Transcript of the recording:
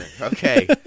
Okay